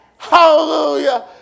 Hallelujah